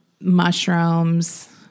Mushrooms